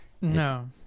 No